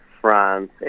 France